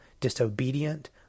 disobedient